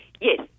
Yes